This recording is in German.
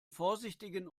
vorsichtigen